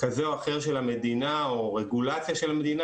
כזה או אחר של המדינה או רגולציה של המדינה,